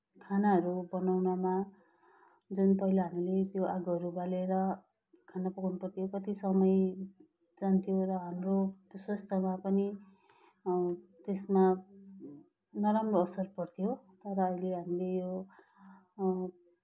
खानाहरू बनाउनमा जुन पहिला हामीले त्यो आगोहरू बालेर खाना पकाउनु पर्थ्यो र त्यो समय पनि थियो र हाम्रो त्यो स्वास्थ्यमा पनि त्यसमा नराम्रो असर पर्थ्यो तर अहिले हामीले यो